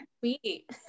sweet